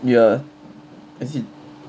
ya as in